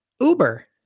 Uber